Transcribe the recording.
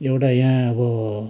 एउटा यहाँ अब